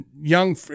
young